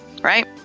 right